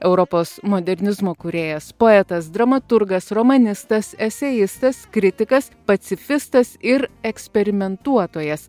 europos modernizmo kūrėjas poetas dramaturgas romanistas eseistas kritikas pacifistas ir eksperimentuotojas